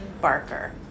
Barker